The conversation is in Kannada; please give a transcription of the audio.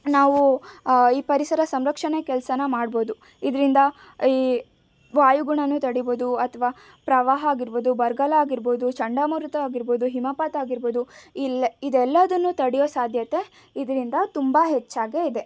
ನಾವು ಈ ಪರಿಸರ ಸಂರಕ್ಷಣೆ ಕೆಲಸಾನ ಮಾಡ್ಬೋದು ಇದರಿಂದ ಈ ವಾಯುಗುಣಾನು ತಡಿಬೋದು ಅಥವಾ ಪ್ರವಾಹ ಆಗಿರ್ಬೋದು ಬರಗಾಲ ಆಗಿರ್ಬೋದು ಚಂಡಮಾರುತ ಆಗಿರ್ಬೋದು ಹಿಮಪಾತ ಆಗಿರ್ಬೋದು ಇಲ್ಲೆ ಇದೆಲ್ಲದನ್ನು ತಡೆಯೋ ಸಾಧ್ಯತೆ ಇದರಿಂದ ತುಂಬ ಹೆಚ್ಚಾಗೇ ಇದೆ